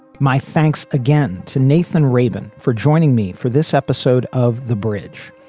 my thanks again to nathan rayborn for joining me for this episode of the bridge,